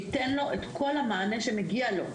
שייתן לו את כל המענה שמגיע לו,